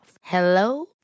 Hello